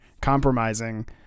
compromising